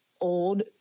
old